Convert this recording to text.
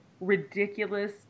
ridiculous